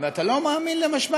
ואתה לא מאמין למשמע